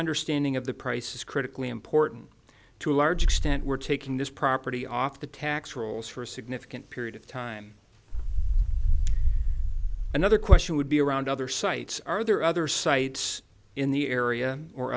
understanding of the price is critically important to a large extent we're taking this property off the tax rolls for a significant period of time another question would be around other sites are there other sites in the area or